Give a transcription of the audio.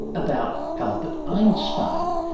about albert einstein.